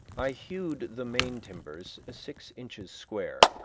i hewed the main timbers six inches square,